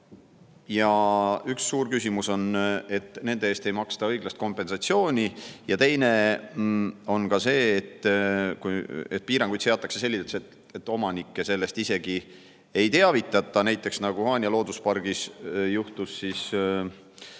Üks suur küsimus on, et nende eest ei maksta õiglast kompensatsiooni, ja teine on see, et piiranguid seatakse selliselt, et omanikke sellest isegi ei teavitata. Näiteks juhtus nii Haanja looduspargis: maaomanikud